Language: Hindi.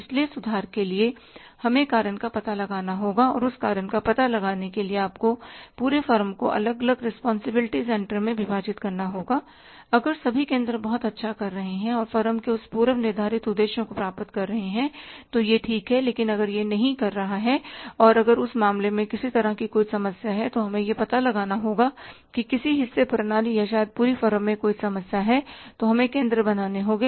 इसलिए सुधार के लिए हमें कारण का पता लगाना होगा और उस कारण का पता लगाने के लिए आपको पूरे फर्म को अलग अलग रिस्पांसिबिलिटी सेंटर में विभाजित करना होगा अगर सभी केंद्र बहुत अच्छा कर रहे हैं और फर्म के उस पूर्व निर्धारित उद्देश्यों को प्राप्त कर रहे हैं तो यह ठीक है लेकिन अगर यह नहीं कर रहा है और अगर उस मामले में किसी तरह की कोई समस्या है तो हमें यह पता लगाना होगा कि किसी हिस्से प्रणाली या शायद पूरी फर्म में कोई समस्या हैतो हमें केंद्र बनाने होंगे